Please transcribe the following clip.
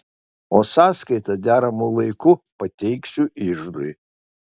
o sąskaitą deramu laiku pateiksiu iždui